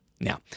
Now